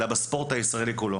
אלא בספורט הישראלי כולו.